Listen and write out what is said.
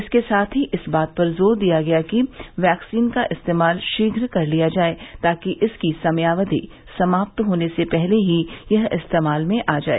इसके साथ ही इस बात पर जोर दिया गया कि वैक्सीन का इस्तेमाल शीघ्र कर लिया जाए ताकि इसकी समयावधि समाप्त होने से पहले ही यह इस्तेमाल में आ जाए